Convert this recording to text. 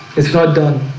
it's not done